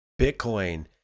Bitcoin